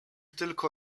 tylko